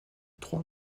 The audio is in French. trois